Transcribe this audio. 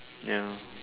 ya